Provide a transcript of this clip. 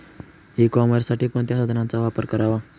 E कॉमर्ससाठी कोणत्या साधनांचा वापर करावा?